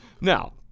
Now